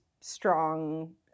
strong